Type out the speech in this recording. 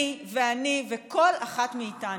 אני, ואני, וכל אחת מאיתנו.